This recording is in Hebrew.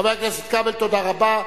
חבר הכנסת כבל, תודה רבה.